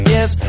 Yes